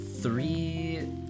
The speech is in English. three